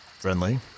friendly